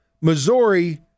Missouri